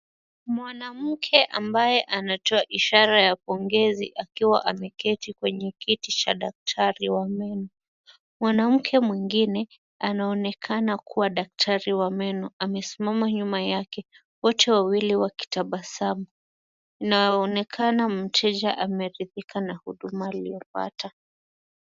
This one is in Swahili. Mwanamke ambaye anatoa ishara ya pongezi akiwa ameketi kwenye kiti cha daktari wa meno. Mwanamke mwingine anaonekana kuwa daktari wa meno, amisimama nyuma yake wote wawili wakitabasamu na wainekana mteja ameridhika na huduma aliyo pata.